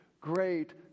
great